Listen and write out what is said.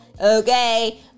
okay